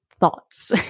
thoughts